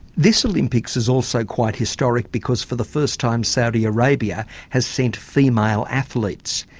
this olympics is also quite historic because for the first time saudi arabia has sent female athletes.